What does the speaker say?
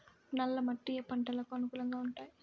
నల్ల మట్టి ఏ ఏ పంటలకు అనుకూలంగా ఉంటాయి?